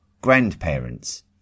grandparents